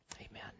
Amen